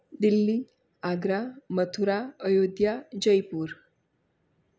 Delhi Agra Mathura Ayodhya Jaipur